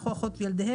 אח או אחות וילדיהם,